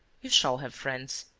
you shall have friends,